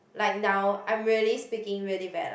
like now I'm really speaking very bad lah